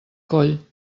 coll